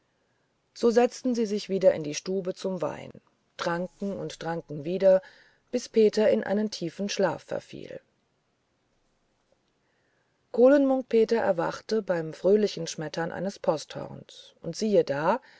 so setzten sie sich wieder in die stube zum wein tranken und tranken wieder bis peter in einen tiefen schlaf verfiel kohlen munk peter erwachte beim fröhlichen schmettern eines posthorns und siehe da